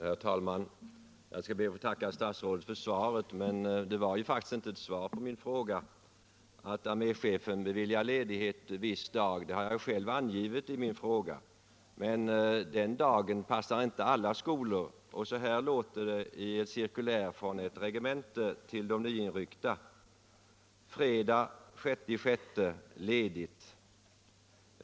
Herr talman! Jag skall be att få tacka statsrådet för svaret — men det var faktiskt inte ett svar på min fråga. Att arméchefen beviljar ledighet viss dag har jag själv angett i min fråga, men den dagen passar inte alla skolor. Så här låter det i ett cirkulär från ett regemente till de nyinryckta: ”Fredagen den 6/6: ledigt.